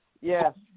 yes